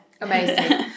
Amazing